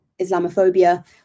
Islamophobia